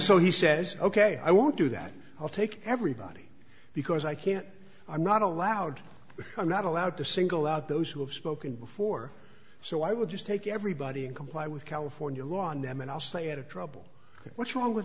so he says ok i won't do that i'll take everybody because i can't i'm not allowed i'm not allowed to single out those who have spoken before so i will just take everybody in comply with california law on them and i'll stay out of trouble what's wrong with